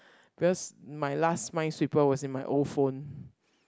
because my last Minesweeper was in my old phone